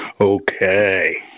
Okay